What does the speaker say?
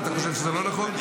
אתה חושב שזה לא נכון?